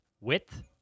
Width